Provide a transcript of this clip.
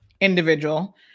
individual